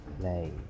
play